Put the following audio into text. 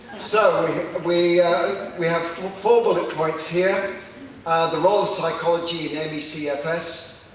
so we we have four bullet points here the role of psychology me cfs,